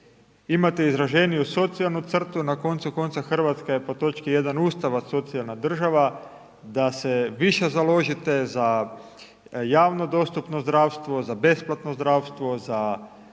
imate izraženiju socijalnu crtu na koncu konca Hrvatska je po točki 1. Ustava socijalna država, da se više založite za javno dostupno zdravstvo, za besplatno zdravstvo, za